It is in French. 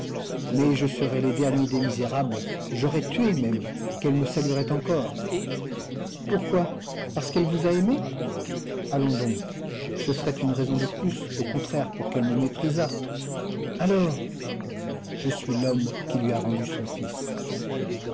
mais je serais le dernier des misérables j'aurais tué même qu'elle me saluerait encore pourquoi parce qu'elle vous a aimé allons donc ce serait une raison de plus au contraire pour qu'elle me méprisât alors je suis l'homme qui lui a rendu son fils